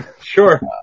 Sure